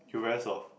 you very soft